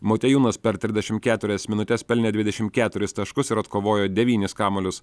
motiejūnas per trisdešimt keturis minutes pelnė dvidešimt keturis taškus ir atkovojo devynis kamuolius